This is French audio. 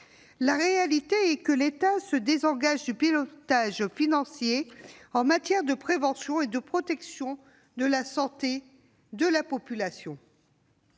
La réalité est que l'État se désengage du pilotage financier en matière de prévention et de protection de la santé de la population.